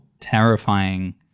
terrifying